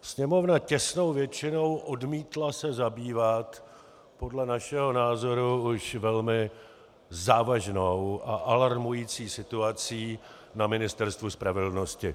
Sněmovna těsnou většinou odmítla se zabývat podle našeho názoru už velmi závažnou a alarmující situací na Ministerstvu spravedlnosti.